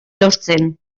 lortzen